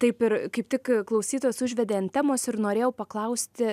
taip ir kaip tik klausytojas užvedė ant temos ir norėjau paklausti